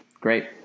great